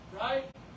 Right